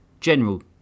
General